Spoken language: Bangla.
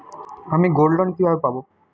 আমি গোল্ডলোন কিভাবে পাব?